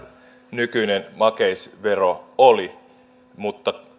nykyinen makeisvero oli mutta